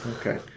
Okay